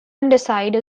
underside